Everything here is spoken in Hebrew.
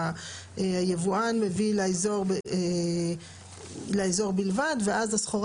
שהיבואן מביא לאזור בלבד ואז הסחורה